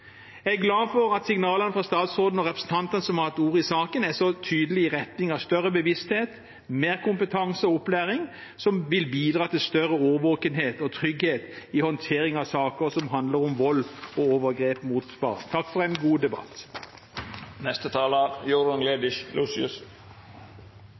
Jeg er glad for at signalene fra statsrådene og representantene, som har hatt ordet i saken, er så tydelig i retning av større bevissthet, mer kompetanse og opplæring som vil bidra til større årvåkenhet og trygghet i håndteringen av saker som handler om vold og overgrep mot barn. Takk for en god debatt.